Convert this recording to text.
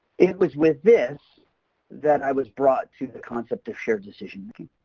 it was with this that i was brought to the concept of shared decision-making.